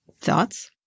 Thoughts